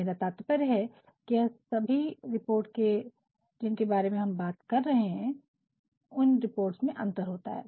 मेरा तात्पर्य है कि यह सभी रिपोर्ट जिनके बारे में हम बात कर रहे हैं इन रिपोर्ट्स में अंतर होता है